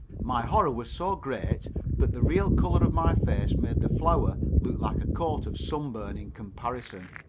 my horror was so great that the real color of my face made the flour look like a coat of sunburn in comparison.